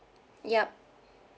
yup